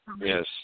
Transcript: yes